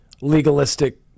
legalistic